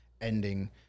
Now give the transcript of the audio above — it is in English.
ending